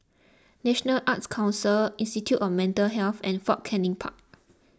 National Arts Council Institute of Mental Health and Fort Canning Park